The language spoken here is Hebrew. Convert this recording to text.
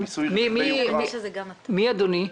מי אדוני?